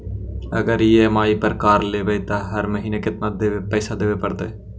अगर ई.एम.आई पर कार लेबै त हर महिना केतना पैसा देबे पड़तै?